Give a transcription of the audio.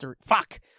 Fuck